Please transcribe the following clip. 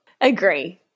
Agree